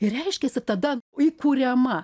ir reiškiasi tada įkuriama